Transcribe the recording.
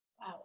Wow